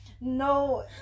No